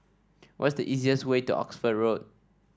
what is the easiest way to Oxford Road